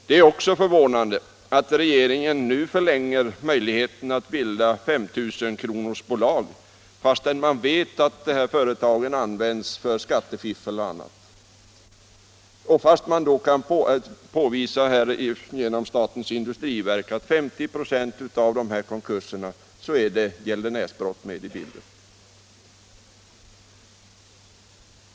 Det är också förvånande att regeringen nu förlänger möjligheten att bilda 5 000-kronorsbolag, när man vet att dessa företag ofta används för skattefiffel och liknande och när man vet att vid uppemot 50 96 av konkurserna är det gäldenärsbrott med i bilden.